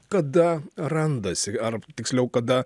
kada randasi ar tiksliau kada